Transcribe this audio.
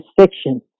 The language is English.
fiction